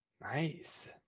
Nice